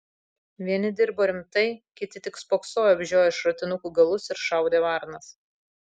vieni dirbo rimtai kiti tik spoksojo apžioję šratinukų galus ir šaudė varnas